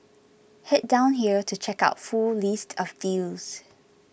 head down here to check out full list of deals